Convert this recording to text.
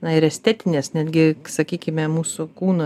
na ir estetinės netgi sakykime mūsų kūno